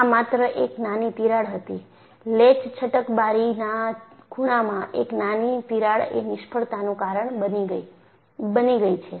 આ માત્ર એક નાની તિરાડ હતીલેચ છટકબારીના ખૂણામાં એક નાની તિરાડ એ નિષ્ફળતાનું કારણ બની ગઈ છે